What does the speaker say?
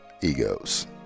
egos